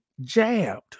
jabbed